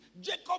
Jacob